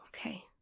okay